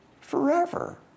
forever